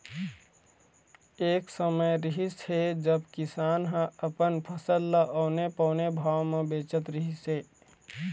एक समे रिहिस हे जब किसान ह अपन फसल ल औने पौने भाव म बेचत रहिस हे